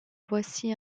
voici